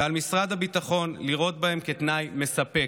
ועל משרד הביטחון לראות בהם תנאי מספק.